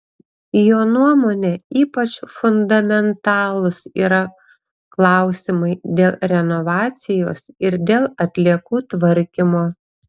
jo nuomone ypač fundamentalūs yra klausimai dėl renovacijos ir dėl atliekų tvarkymo